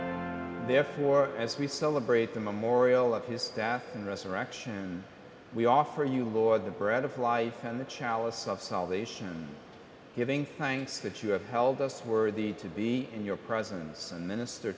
it therefore as we celebrate the memorial of his death and resurrection we offer you lord the bread of life and the chalice of salvation giving thanks that you have held us worthy to be in your presence and minister t